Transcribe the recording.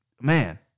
Man